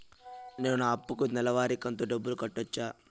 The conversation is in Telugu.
నేను నా అప్పుకి నెలవారి కంతు డబ్బులు కట్టొచ్చా?